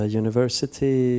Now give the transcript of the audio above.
university